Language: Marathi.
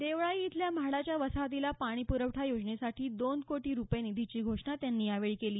देवळाई इथल्या म्हाडाच्या वसाहतीला पाणी पुरवठा योजनेसाठी दोन कोटी रुपये निधीची घोषणा त्यांनी यावेळी केली